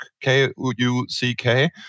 K-U-C-K